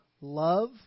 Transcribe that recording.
love